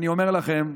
אני אומר לכם,